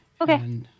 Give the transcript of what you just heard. Okay